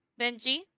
Benji